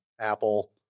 Apple